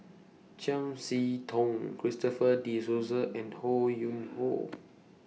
Chiam See Tong Christopher De Souza and Ho Yuen Hoe